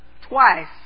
Twice